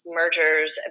mergers